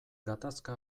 gatazka